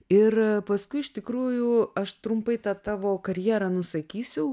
ir paskui iš tikrųjų aš trumpai tą tavo karjerą nusakysiu